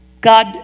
God